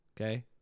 okay